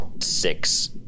six